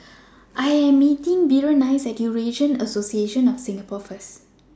I Am meeting Berenice At Eurasian Association of Singapore First